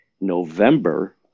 november